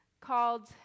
called